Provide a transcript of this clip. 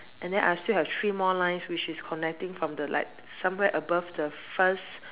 and then I still have three more lines which is connecting from the like somewhere above the first